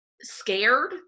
scared